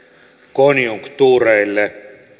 konjunktuureille